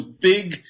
big